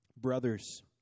Brothers